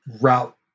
route